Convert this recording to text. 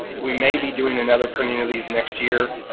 we may be doing another printing of these next year.